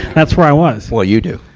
that's where i was. boy, you do.